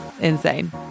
insane